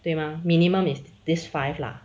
对吗 minimum is this five lah